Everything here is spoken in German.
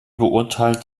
beurteilt